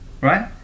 Right